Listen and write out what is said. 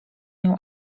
nią